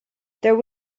there